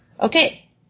Okay